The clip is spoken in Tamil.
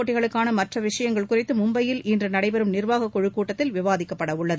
போட்டிகளுக்கான மற்ற விஷயங்கள் குறித்து மும்பையில் இன்று நடைபெறும் நிர்வாகக் குழு கூட்டத்தில் விவாதிக்கப்பட உள்ளது